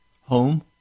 home